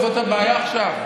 זאת הבעיה עכשיו?